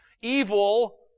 evil